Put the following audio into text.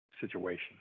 situation